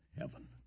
heaven